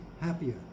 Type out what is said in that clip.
happier